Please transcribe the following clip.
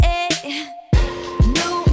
New